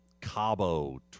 Cabo